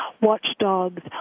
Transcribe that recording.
watchdogs